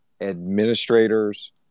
administrators